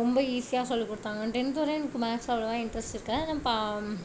ரொம்ப ஈஸியாக சொல்லிக் கொடுத்தாங்க டென்த் வரையும் எனக்கு மேத்ஸ் அவ்வளோவா இன்ட்ரஸ்ட் இருக்காது ஆனால் பா